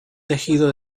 tejido